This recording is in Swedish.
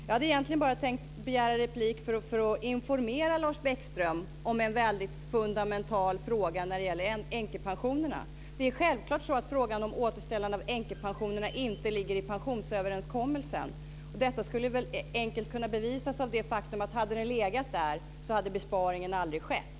Jag hade egentligen bara tänkt begära replik för att informera Lars Bäckström om en mycket fundamental fråga när det gäller änkepensionerna. Det är självklart att frågan om återställandet av änkepensionerna inte ligger i pensionsöverenskommelsen. Detta skulle enkelt kunna bevisas av det faktum att hade de legat där hade besparingarna aldrig skett.